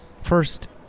first